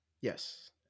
Yes